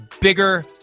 bigger